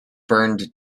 burned